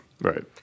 Right